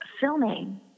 filming